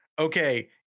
okay